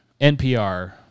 NPR